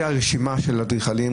הייתה רשימה של אדריכלים,